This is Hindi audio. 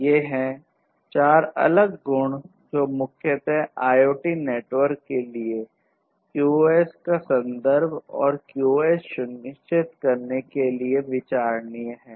ये हैं 4 अलग गुण जो मुख्यतः IoT नेटवर्क के लिए QoS का संदर्भ तथा QoS सुनिश्चित करना के लिये विचारणीय हैं